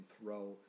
throw